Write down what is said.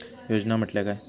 योजना म्हटल्या काय?